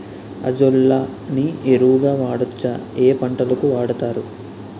Azolla ని ఎరువు గా వాడొచ్చా? ఏ పంటలకు వాడతారు?